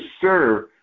serve